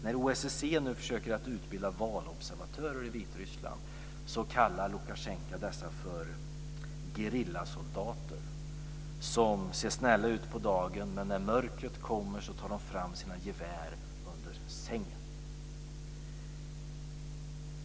När OSSE nu försöker utbilda valobservatörer i Vitryssland kallar Lukasjenko dessa för gerillasoldater som ser snälla ut på dagen, men när mörkret kommer tar de fram sina gevär under sängen.